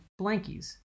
blankies